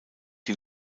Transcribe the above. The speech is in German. die